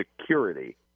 Security